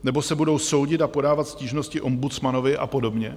Nebo se budou soudit, podávat stížnosti ombudsmanovi a podobně?